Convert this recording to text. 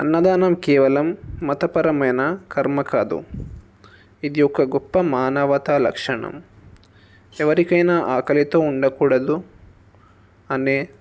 అన్నదానం కేవలం మతపరమైన కర్మ కాదు ఇది ఒక్క గొప్ప మానవతా లక్షణం ఎవరికైనా ఆకలితో ఉండకూడదు అనే